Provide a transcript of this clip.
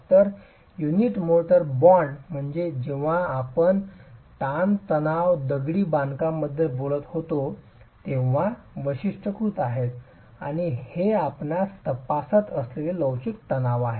तर unit mortar bond म्हणजे जेव्हा आपण तणावात दगडी बांधकामाबद्दल बोलतो तेव्हा आपण वैशिष्ट्यीकृत आहोत आणि हे आपण तपासत असलेले लवचिक तणाव आहे